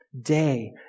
day